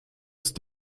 ist